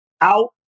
Out